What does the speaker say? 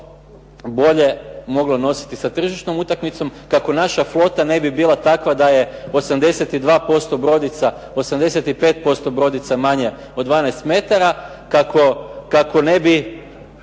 bolje moglo nositi sa tržišnom utakmicom, kako naša flota ne bi bila takva da je 82% brodica manje od 12 metara, kako ne bi